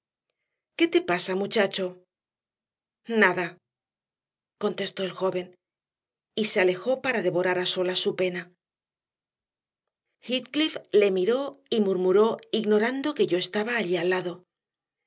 qué te pasa muchacho nada contestó el joven y se alejó para devorar a solas su pena heathcliff le miró y murmuró ignorando que yo estaba allí al lado